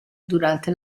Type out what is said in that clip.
durante